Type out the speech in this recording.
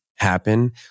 happen